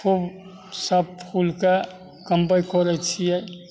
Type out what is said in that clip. खूब सभ फूलके कमबै कोड़ै छियै